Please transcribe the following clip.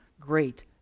great